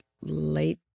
late